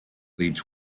leads